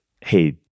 hey